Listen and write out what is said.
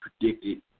predicted